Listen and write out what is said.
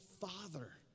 father